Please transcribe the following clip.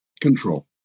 control